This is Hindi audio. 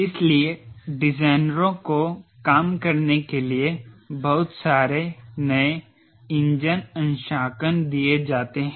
इसलिए डिजाइनरों को काम करने के लिए बहुत सारे नए इंजन अंशांकन दिए जाते हैं